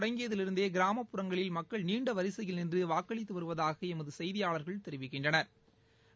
தொடங்கியதிலிருந்தேகிராமப்புறங்களில் வாக்குபதிவு மக்கள் நீண்டவரிசையில் நின்றுவாக்களித்துவருவதாகஎமதுசெய்தியாளா்கள் தெரிவிக்கின்றனா்